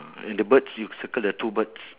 then the birds you circle the two birds